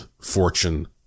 fortune